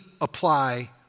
apply